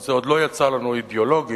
זה עוד לא יצא לנו, אידיאולוגית,